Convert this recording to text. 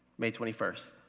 maymay twenty first,